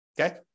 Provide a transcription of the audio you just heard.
Okay